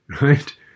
Right